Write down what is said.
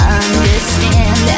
understand